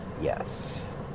Yes